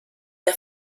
der